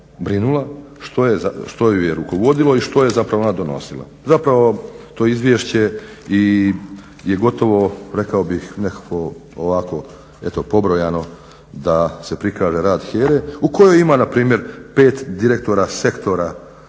što ju je rukovodilo i što je zapravo ona donosila. Zapravo to izvješće je gotovo rekao bih nekakvo ovako pobrojano da se prikaže rad HERA-e u kojoj ima npr. 5 direktora sektora